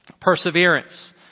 Perseverance